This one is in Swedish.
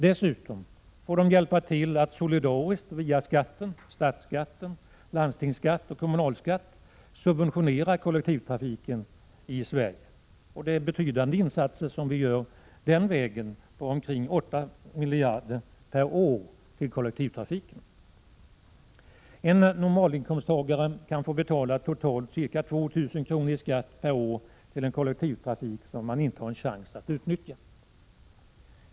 Dessutom får människorna solidariskt hjälpa till med att via skatten — det gäller då statsskatten, landstingsskatten och kommunalskatten — subventionera kollektivtrafiken i Sverige. Det är betydande insatser som görs. Ca 8 miljarder kronor per år går nämligen till kollektivtrafiken. En normalinkomsttagare kan få betala totalt ca 2 000 kr. per år i skatt till en kollektivtrafik som han inte har en chans att utnyttja.